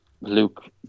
Luke